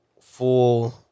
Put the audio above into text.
full